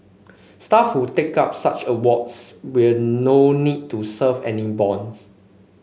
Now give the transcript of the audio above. staff who take up such awards will no need to serve any bonds